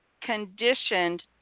conditioned